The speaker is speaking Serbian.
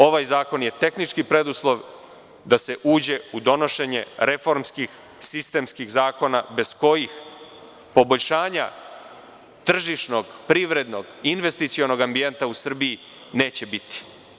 Ovaj zakon je tehnički preduslov da se uđe u donošenje reformskih, sistemskih zakona, bez kojih poboljšanja tržišnog, privrednog, investicionog ambijenta u Srbiji neće biti.